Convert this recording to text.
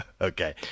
Okay